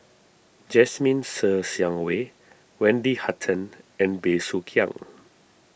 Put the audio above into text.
Jasmine Ser Xiang Wei Wendy Hutton and Bey Soo Khiang